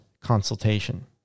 consultation